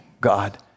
God